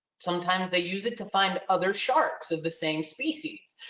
sometimes they use it to find other sharks of the same species.